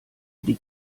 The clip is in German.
die